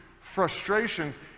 frustrations